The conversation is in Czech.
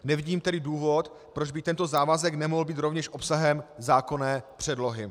Nevidím tedy důvod, proč by tento závazek nemohl být rovněž obsahem zákonné předlohy.